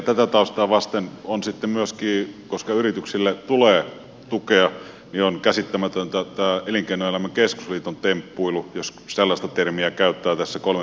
tätä taustaa vasten koska yrityksille tulee tukea on käsittämätöntä tämä elinkeinoelämän keskusliiton temppuilu jos sellaista termiä käyttää tässä kolmen päivän koulutustakuu asiassa